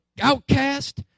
outcast